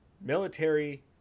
military